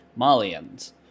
malians